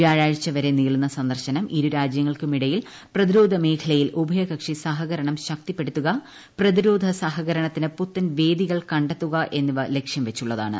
വ്യാഴാഴ്ച വരെ നീളുന്ന സന്ദർശനം ഇരു രാജ്യങ്ങൾക്കുമിടയിൽ പ്രതിരോധ മേഖലയിൽ ഉഭയകക്ഷി സഹകരണം ശക്തിപ്പെടുത്തുക പ്രതിരോധ സഹകരണത്തിന് പുത്തൻ വേദികൾ കണ്ടെത്തുക എന്നിവ ലക്ഷ്യം വച്ചുള്ളതാണ്